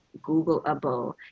googleable